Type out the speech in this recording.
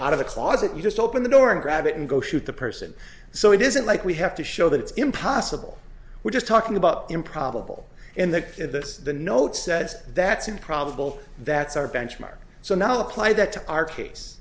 out of the closet you just open the door and grab it and go shoot the person so it isn't like we have to show that it's impossible we're just talking about improbable in that the note said that's improbable that's our benchmark so now apply that to our case